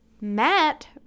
Matt